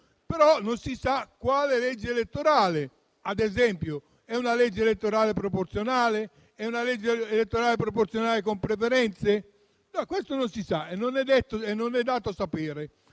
però con quale legge elettorale. Se, ad esempio, si tratta di una legge elettorale proporzionale, o di una legge elettorale proporzionale con preferenze; no, questo non si sa e non è dato sapere.